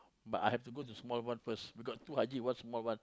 but I have to go to small one first got two haji one small one